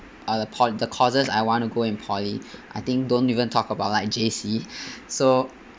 all the cour~ the courses I want to go in poly I think don't even talk about like J_C so